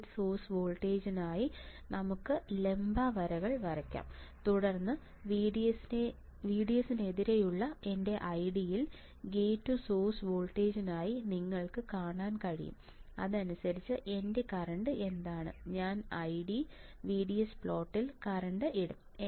gate source വോൾട്ടേജിനായി നമുക്ക് ലംബ വരകൾ വരയ്ക്കാം തുടർന്ന് VDS നെതിരെയുള്ള എന്റെ ID യിൽ ഗേറ്റ് ടു സോഴ്സ് വോൾട്ടേജിനായി നിങ്ങൾക്ക് കാണാൻ കഴിയും അതിനനുസരിച്ച് എന്റെ കറന്റ് എന്താണ് ഞാൻ ID VGS പ്ലോട്ടിൽ കറന്റ് ഇടും